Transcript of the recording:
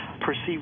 perceive